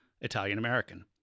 Italian-American